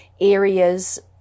areas